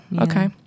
okay